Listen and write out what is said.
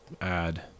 add